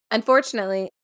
Unfortunately